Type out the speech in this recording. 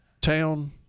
town